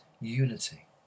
unity